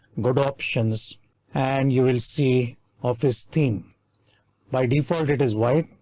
go to options and you will see office theme by default it is white.